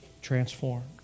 transformed